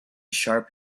sharp